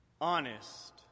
honest